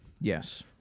Yes